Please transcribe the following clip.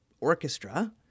orchestra